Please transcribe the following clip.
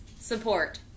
support